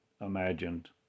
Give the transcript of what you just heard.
imagined